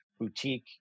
boutique